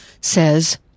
says